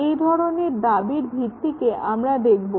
এই ধরনের দাবির ভিত্তিকে আমরা দেখব